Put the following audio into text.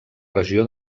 regió